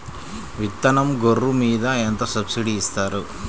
విత్తనం గొర్రు మీద ఎంత సబ్సిడీ ఇస్తారు?